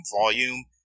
volume